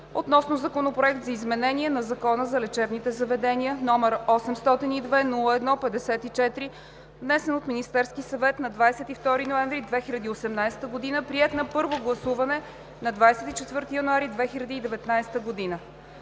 относно Законопроект за изменение на Закона за лечебните заведения, № 802-01-54, внесен от Министерския съвет на 22 ноември 2018 г., приет на първо гласуване на 24 януари 2019 г.